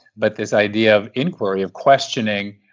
but this idea of inquiry, of questioning,